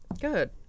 Good